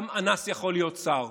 גם אנס יכול להיות שר,